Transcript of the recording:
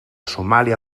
somàlia